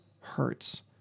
hurts